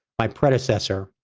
my predecessor,